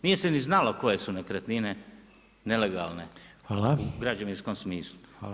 Nije se ni znalo koje su nekretnine nelegalne u građevinskom smislu.